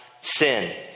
sin